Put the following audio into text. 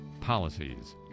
policies